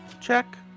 check